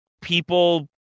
people